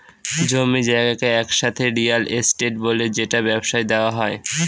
জমি জায়গাকে একসাথে রিয়েল এস্টেট বলে যেটা ব্যবসায় দেওয়া হয়